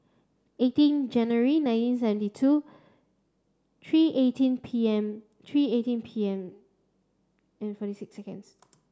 eighteen January nineteen seventy two three eighteen P M three eighteen P M and forty six seconds